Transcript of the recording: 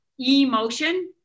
emotion